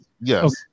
yes